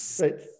right